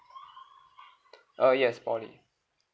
uh yes poly